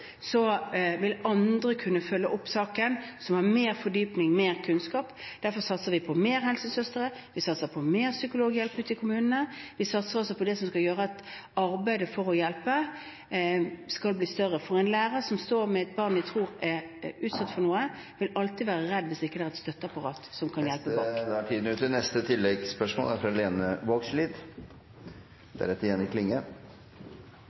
vil andre som har mer fordypning og mer kunnskap kunne følge opp saken. Derfor satser vi på flere helsesøstre, vi satser på mer psykologhjelp ute i kommunene, og vi satser på det som skal gjøre at arbeidet for å hjelpe skal bli større. For en lærer som står med et barn han tror er utsatt for noe, vil alltid være redd hvis det ikke er et støtteapparat som kan hjelpe.